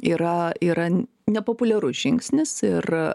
yra yra nepopuliarus žingsnis ir